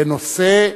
בנושא: